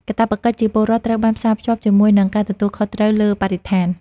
កាតព្វកិច្ចជាពលរដ្ឋត្រូវបានផ្សារភ្ជាប់ជាមួយនឹងការទទួលខុសត្រូវលើបរិស្ថាន។